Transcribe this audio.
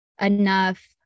enough